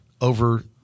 over